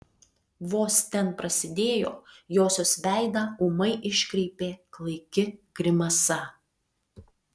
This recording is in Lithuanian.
vos ten prasidėjo josios veidą ūmai iškreipė klaiki grimasa